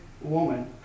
woman